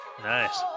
nice